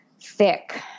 thick